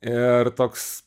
ir toks